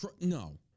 no